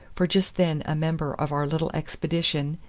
for just then a member of our little expedition,